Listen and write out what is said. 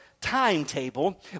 timetable